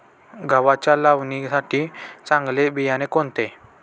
गव्हाच्या लावणीसाठी चांगले बियाणे कोणते?